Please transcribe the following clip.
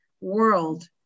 world